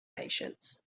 patience